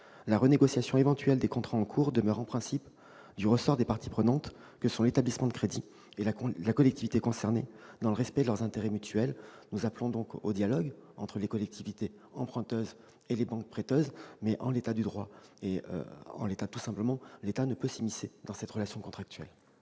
La renégociation éventuelle des contrats en cours demeure, en principe, du ressort des parties prenantes que sont l'établissement de crédit et la collectivité territoriale concernée, dans le respect de leurs intérêts mutuels. Nous appelons donc au dialogue entre les collectivités territoriales emprunteuses et les banques prêteuses ; mais, en l'état actuel des choses, l'État ne peut pas s'immiscer dans leurs relations contractuelles.